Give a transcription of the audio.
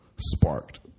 sparked